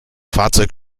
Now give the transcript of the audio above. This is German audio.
fahrzeug